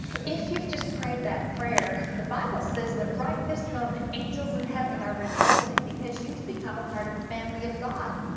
if you've just prayed that prayer, the bible says that right this moment, angels in heaven are rejoicing, because you've become a part of the family of god.